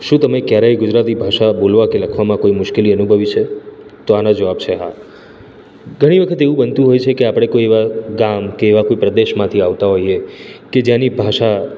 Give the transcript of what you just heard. શું તમે ક્યારેય ગુજરાતી ભાષા બોલવા કે લખવામાં કોઈ મુશ્કેલી અનુભવી છે તો આનો જવાબ છે હા ઘણી વખત એવું બનતું હોય છે કે આપણે કોઈ એવા ગામ કે એવા કોઈ પ્રદેશમાંથી આવતા હોઈએ કે જ્યાંની ભાષા